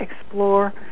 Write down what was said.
explore